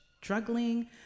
struggling